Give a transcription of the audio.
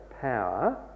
power